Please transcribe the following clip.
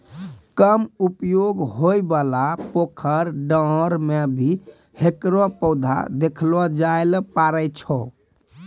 कम उपयोग होयवाला पोखर, डांड़ में भी हेकरो पौधा देखलो जाय ल पारै छो